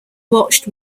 watched